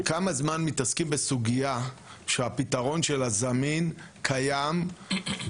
כמה זמן מתעסקים בסוגיה שהפתרון שלה זמין, קיים.